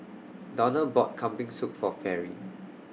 Donald bought Kambing Soup For Fairy